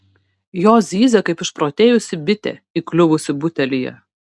jos zyzia kaip išprotėjusi bitė įkliuvusi butelyje